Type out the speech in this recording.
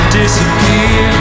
disappear